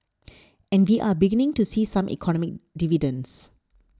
and we are beginning to see some economic dividends